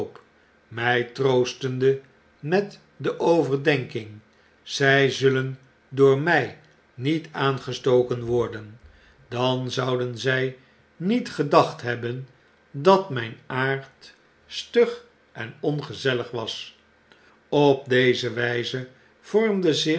my troostende met de overdenking zy zullen door mij niet aangestoken worden dan zouden zy niet gedacht hebben dat myn aard stug en ongezellig was op deze wijze vormde zich